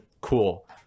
cool